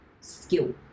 skill